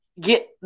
Get